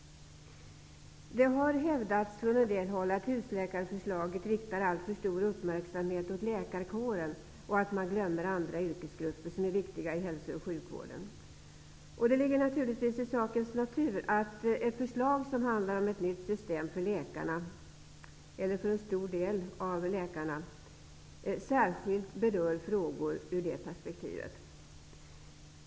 Det har också hävdats från en del håll att alltför stor uppmärksamhet i husläkarförslaget riktas åt läkarkåren och att man glömmer andra yrkesgrupper som är viktiga i hälso och sjukvården. Det ligger naturligtvis i sakens natur att ett förslag som handlar om ett nytt system för läkarna, eller en stor del av dessa, särskilt berör frågor ur det perspektivet.